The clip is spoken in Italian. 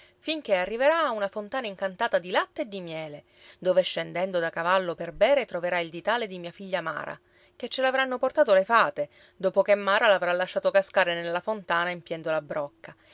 finché arriverà a una fontana incantata di latte e di miele dove scendendo da cavallo per bere troverà il ditale di mia figlia mara che ce l'avranno portato le fate dopo che mara l'avrà lasciato cascare nella fontana empiendo la brocca